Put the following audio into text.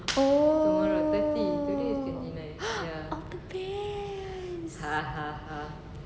oh ha all the best